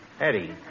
Eddie